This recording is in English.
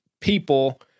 people